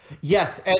Yes